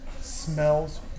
smells